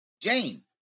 Jane